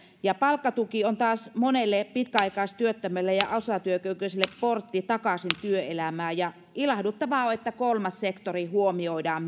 palkkatuki on taas monelle pitkäaikaistyöttömälle ja osatyökykyiselle kortti takaisin työelämään ilahduttavaa on myöskin että kolmas sektori huomioidaan